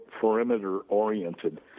perimeter-oriented